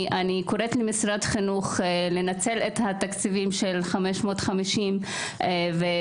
אני קוראת למשרד החינוך לנצל את התקציבים של 550 ולשלב